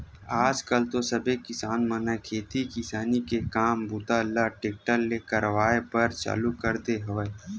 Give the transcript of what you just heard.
आज कल तो सबे किसान मन ह खेती किसानी के काम बूता ल टेक्टरे ले करवाए बर चालू कर दे हवय